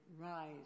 rise